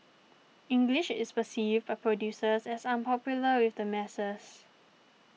English is perceived by producers as unpopular with the masses